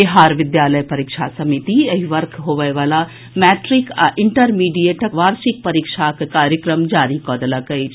बिहार विद्यालय परीक्षा समिति एहि वर्ष होबय वला मैट्रिक आ इंटरमीडिएटक वार्षिक परीक्षाक कार्यक्रम जारी कऽ देलक अछि